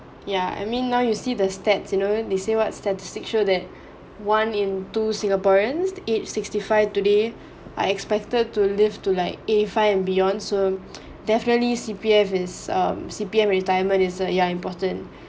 yeah I mean now you see the stats you know when they say what statistics show that one in two singaporeans aged sixty five today are expected to live to like eighty five and beyond so definitely C_P_F is um C_P_F retirement is that ya important